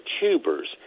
tubers